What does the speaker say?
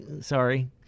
sorry